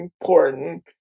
important